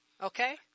Okay